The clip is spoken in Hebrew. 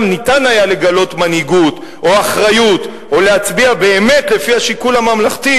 ניתן היה לגלות מנהיגות או אחריות או להצביע באמת לפי השיקול הממלכתי,